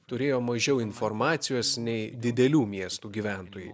turėjo mažiau informacijos nei didelių miestų gyventojai